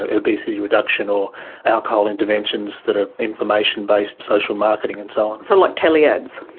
obesity reduction or alcohol interventions that are information-based social marketing and so on. so like telly ads?